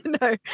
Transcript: No